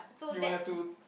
you have to